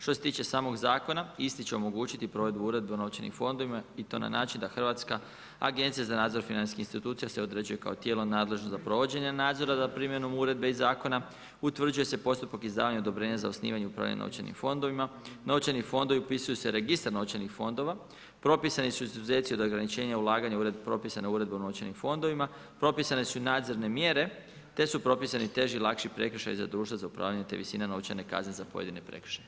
Što se tiče samog zakona, isti će omogućiti provedbu uredbe o novčanim fondovima i to na način da Hrvatska agencija za nadzor financijskih institucija se određuje kao tijelo nadležno za provođenje nadzora za primjenom uredbe i zakona, utvrđuje se postupak izdavanja odobrenja za osnivanje i planiranje novčanim fondovima, novčani fondovi upisuju se u Registar novčanih fondovima, propisani su izuzeci od ograničenja ulaganja propisane uredbe o novčanim fondovima, propisane su i nadzorne mjere te su propisani teži i lakši prekršaji za društvo za upravljanje te visine novčane kazne za pojedine prekršaje.